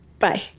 Bye